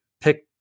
pick